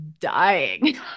dying